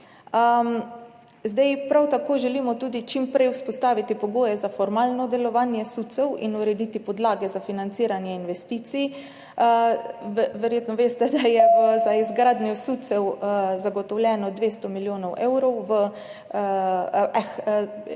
Prav tako želimo tudi čim prej vzpostaviti pogoje za formalno delovanje SUC-ev in urediti podlage za financiranje investicij. Verjetno veste, da je za izgradnjo SUC-ev zagotovljenih 200 milijonov evrov v